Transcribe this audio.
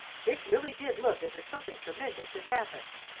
dick really did look as if something tremendous had happened.